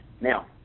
Now